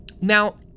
Now